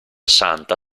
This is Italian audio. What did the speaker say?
santa